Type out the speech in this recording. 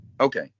Okay